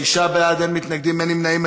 שישה בעד, אין מתנגדים, אין נמנעים.